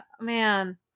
Man